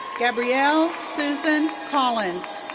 gabrielle susan collins.